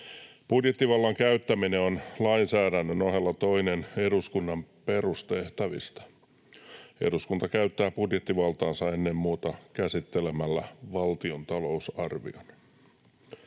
Budjettivallan käyttäminen on lainsäädännön ohella toinen eduskunnan perustehtävistä. Eduskunta käyttää budjettivaltaansa ennen muuta käsittelemällä valtion talousarvion.